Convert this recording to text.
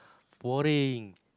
boring